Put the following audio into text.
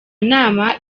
nama